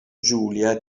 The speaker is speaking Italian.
giulia